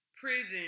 prison